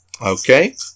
Okay